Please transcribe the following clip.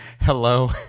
Hello